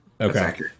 Okay